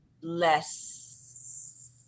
less